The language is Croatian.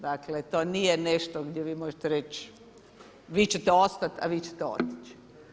Dakle to nije nešto gdje vi možete reći vi ćete ostati, a vi ćete otići.